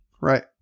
Right